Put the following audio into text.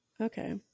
Okay